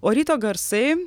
o ryto garsai